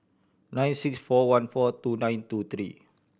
nine six four one four two nine two three